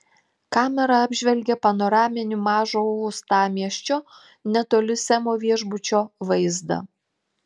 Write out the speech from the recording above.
kamera apžvelgė panoraminį mažo uostamiesčio netoli semo viešbučio vaizdą